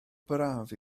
braf